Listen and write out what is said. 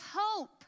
hope